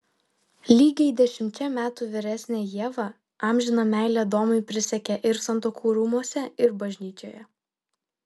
lygiai dešimčia metų vyresnė ieva amžiną meilę adomui prisiekė ir santuokų rūmuose ir bažnyčioje